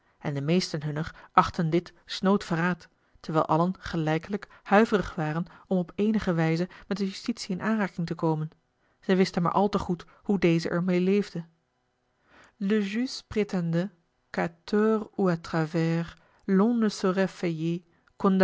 en de meesten hunner achtten dit snood verraad terwijl allen gelijkelijk huiverig waren om op eenige wijze met de justitie in aanraking te komen zij wisten maar al te goed hoe deze er meê leefde